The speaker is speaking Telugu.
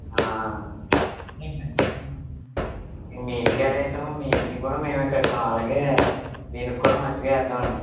మీ ఇంటికి ఎలా వేశాం మీ ఇంటిని కూడా మేమే కట్టం అలాగే దీనికి కూడా మంచిగా వేద్దామండి